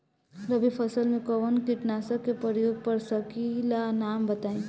रबी फसल में कवनो कीटनाशक के परयोग कर सकी ला नाम बताईं?